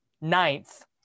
ninth